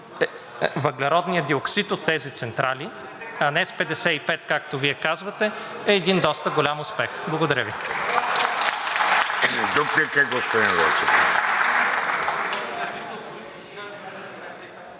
въглеродният диоксид от тези централи, а не с 55%, както Вие казвате, е един доста голям успех. Благодаря Ви.